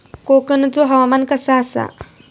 कोकनचो हवामान कसा आसा?